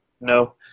No